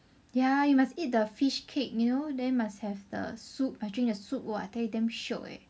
ya you must eat the fish cake you know then must have the soup I drink the soup !wah! I tell you damn shiok eh